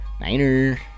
Niner